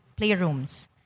playrooms